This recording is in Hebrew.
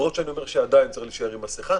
למרות שאני חושב שעדיין צריך לעטות מסכה.